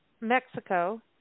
Mexico